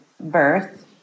birth